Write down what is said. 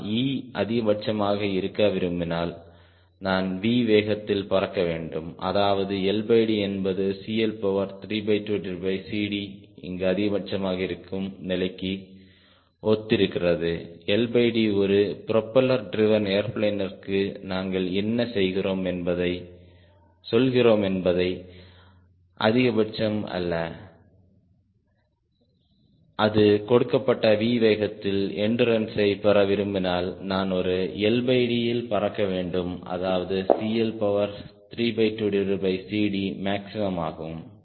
நான் E அதிகபட்சமாக இருக்க விரும்பினால் நான் V வேகத்தில் பறக்க வேண்டும் அதாவது LD என்பது CL32CD இங்கு அதிகபட்சமாக இருக்கும் நிலைக்கு ஒத்திருக்கிறது LD ஒரு ப்ரொபெல்லர் ட்ரிவேன் ஏர்பிளேனிற்கு நாங்கள் என்ன சொல்கிறோம் என்பது அதிகபட்சம் அல்ல நான் கொடுக்கப்பட்ட V வேகத்தில் எண்டுரன்ஸை பெற விரும்பினால் நான் ஒரு LD இல் பறக்க வேண்டும் அதாவது CL32CD மேக்ஸிமம் ஆகும்